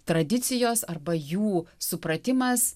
tradicijos arba jų supratimas